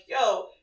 Yo